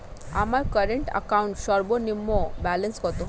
আমার current account সর্বনিম্ন balance কত?